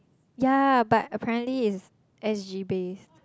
yea but apparently it's S_G based